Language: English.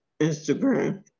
Instagram